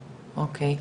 אוקי.